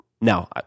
Now